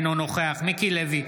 אינו נוכח מיקי לוי,